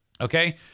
okay